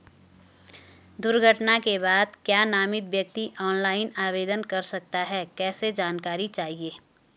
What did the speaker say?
दुर्घटना के बाद क्या नामित व्यक्ति ऑनलाइन आवेदन कर सकता है कैसे जानकारी चाहिए?